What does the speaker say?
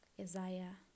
Isaiah